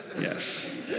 Yes